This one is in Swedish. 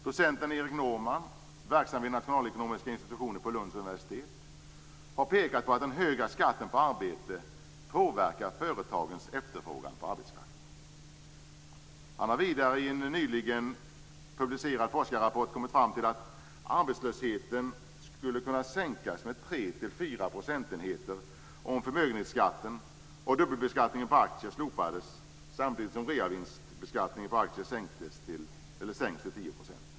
Docenten Erik Norman, verksam vid nationalekonomiska institutionen på Lunds universitet, har pekat på att den höga skatten på arbete påverkar företagens efterfrågan på arbetskraft. Han har vidare i en nyligen publicerad forskarrapport kommit fram till att arbetslösheten skulle kunna sänkas med 3-4 procentenheter om förmögenhetsskatten och dubbelbeskattningen på aktier slopades samtidigt som reavinstbeskattningen på aktier sänktes med 10 %.